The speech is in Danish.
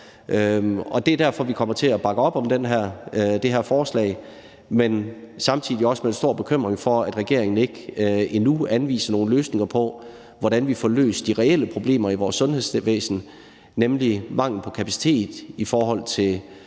Det er derfor, vi kommer til at bakke op om det her forslag, men samtidig også kommer med en stor bekymring for, at regeringen ikke endnu anviser nogle løsninger på, hvordan vi får løst de reelle problemer i vores sundhedsvæsen, nemlig manglen på kapacitet og det